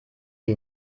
sie